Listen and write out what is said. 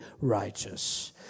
righteous